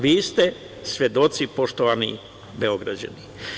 Vi ste svedoci, poštovani Beograđani.